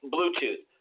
Bluetooth